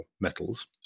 metals